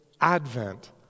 Advent